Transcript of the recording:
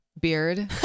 Beard